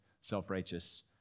self-righteous